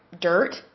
dirt